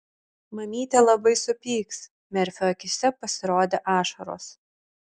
mamytė labai supyks merfio akyse pasirodė ašaros